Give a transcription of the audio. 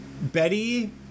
Betty